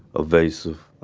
evasive.